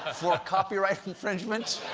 ah for copyright infringement.